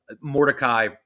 Mordecai